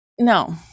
no